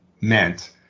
meant